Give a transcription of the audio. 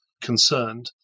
concerned